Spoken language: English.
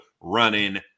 running